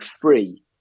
free